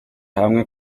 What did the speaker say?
hamwe